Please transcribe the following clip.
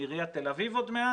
מעיריית תל אביב עוד מעט,